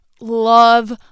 love